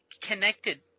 connected